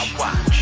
watch